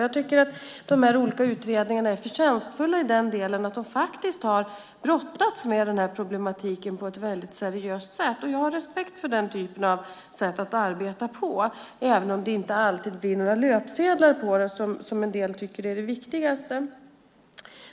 Jag tycker att de här olika utredningarna är förtjänstfulla i den bemärkelsen att de faktiskt har brottats med den här problematiken på ett väldigt seriöst sätt, och jag har respekt för det sättet att arbeta på även om det inte alltid blir några löpsedlar om det, vilket en del tycker är det viktigaste.